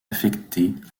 affectées